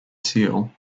seal